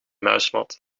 muismat